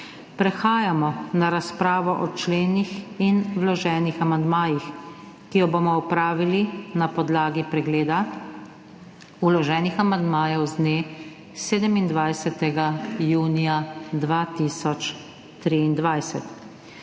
Prehajamo na razpravo o členih in vloženih amandmajih, ki jo bomo opravili na podlagi pregleda vloženih amandmajev z dne 27. junija 2023.